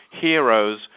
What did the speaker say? heroes